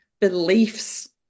beliefs